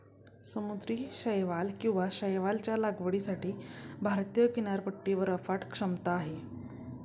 समुद्री शैवाल किंवा शैवालच्या लागवडीसाठी भारतीय किनारपट्टीवर अफाट क्षमता आहे